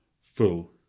full